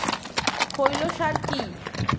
খৈল সার কি?